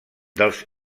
dels